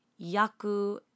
Yaku